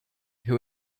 who